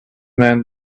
men